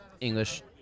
English